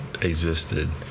existed